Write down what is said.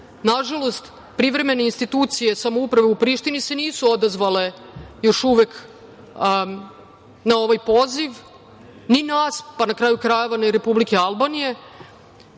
regionu. Nažalost, privremene institucije samouprave u Prištini se nisu odazvale još uvek na ovaj poziv ni nas, pa, na kraju krajeva, ni Republike Albanije,